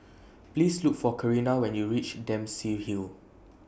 Please Look For Karina when YOU REACH Dempsey Hill